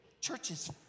Churches